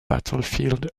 battlefield